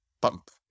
pump